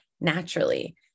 naturally